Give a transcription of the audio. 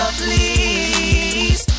please